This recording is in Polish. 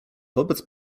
wobec